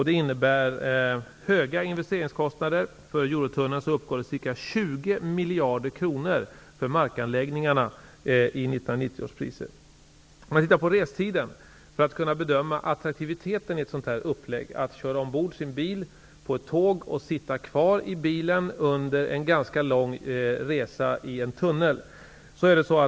Det innebär höga investeringskostnader för Eurotunneln, ca 20 miljarder kronor för markanläggningarna i 1990 års priser. Låt oss titta på restiderna för att kunna bedöma attraktiviteten i upplägget. Det gäller att köra ombord sin bil på ett tåg och sitta kvar i bilen under en ganska lång resa i en tunnel.